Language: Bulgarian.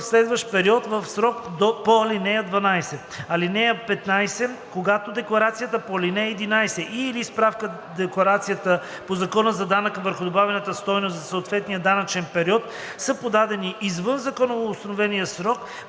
следващ период в срока по ал. 12. (15) Когато декларацията по ал. 11 и/или справка-декларацията по Закона за данък върху добавената стойност за съответния данъчен период са подадени извън законово установения срок,